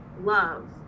love